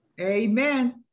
Amen